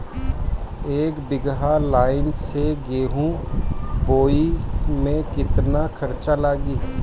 एक बीगहा लाईन से गेहूं बोआई में केतना खर्चा लागी?